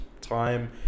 Time